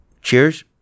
Cheers